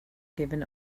giving